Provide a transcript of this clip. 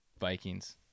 Vikings